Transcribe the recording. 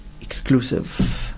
exclusive